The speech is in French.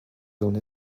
d’en